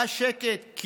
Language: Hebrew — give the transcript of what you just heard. היה שקט,